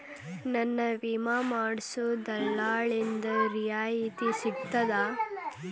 ನನ್ನ ವಿಮಾ ಮಾಡಿಸೊ ದಲ್ಲಾಳಿಂದ ರಿಯಾಯಿತಿ ಸಿಗ್ತದಾ?